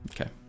Okay